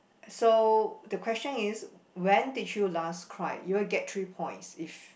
so the question is when did you last cry you will get three point if